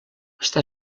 està